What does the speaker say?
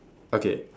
okay